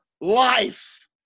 life